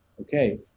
okay